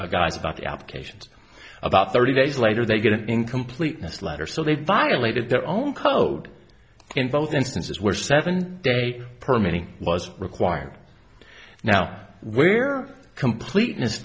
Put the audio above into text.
guys about the applications about thirty days later they get an incompleteness letter so they violated their own code in both instances where seven days per meeting was required now where completeness